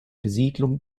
besiedlung